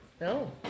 No